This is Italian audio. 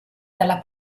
dalla